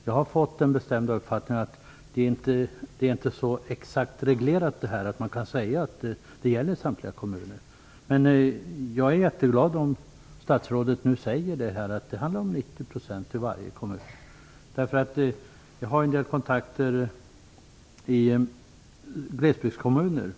Jag har fått den bestämda uppfattningen att det inte är så exakt reglerat att man kan säga att det gäller samtliga kommuner. Men jag är jätteglad om statsrådet nu säger att det handlar om 90 % i varje kommun. Jag har en del kontakter i glesbygdskommuner.